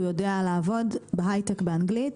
הוא יודע לעבוד בהייטק באנגלית.